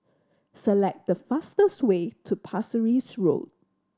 select the fastest way to Pasir Ris Road